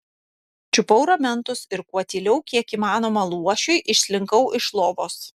čiupau ramentus ir kuo tyliau kiek įmanoma luošiui išslinkau iš lovos